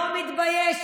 לא מתבייש,